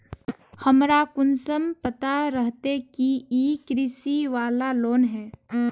हमरा कुंसम पता रहते की इ कृषि वाला लोन है?